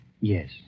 Yes